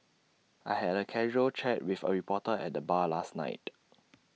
I had A casual chat with A reporter at the bar last night